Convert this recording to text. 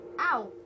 Ow